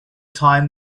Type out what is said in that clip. time